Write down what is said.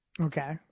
Okay